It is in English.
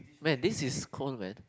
man this is cold man